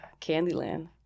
Candyland